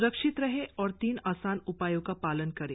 स्रक्षित रहें और तीन आसान उपायों का पालन करें